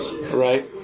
right